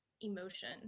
emotion